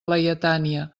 laietània